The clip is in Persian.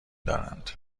دارند